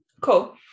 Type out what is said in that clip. Cool